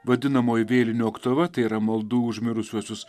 vadinamoji vėlinių oktava tai yra maldų už mirusiuosius